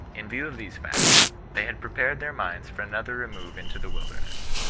in view of these facts, they had prepared their minds for another remove into the wilderness,